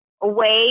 away